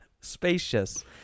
spacious